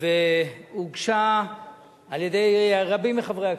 שהוגשה על-ידי רבים מחברי הכנסת,